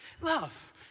Love